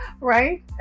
Right